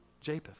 Japheth